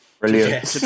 brilliant